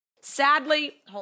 sadly